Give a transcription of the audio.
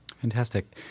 Fantastic